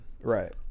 right